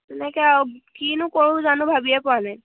এনেকে আৰু কিনো কৰোঁ জানো ভাবিয়ে পোৱা নাই